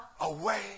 away